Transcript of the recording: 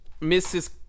Mrs